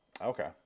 Okay